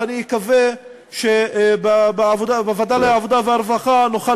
ואני אקווה שבוועדת העבודה והרווחה נוכל